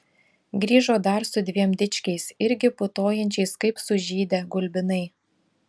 grįžo dar su dviem dičkiais irgi putojančiais kaip sužydę gulbinai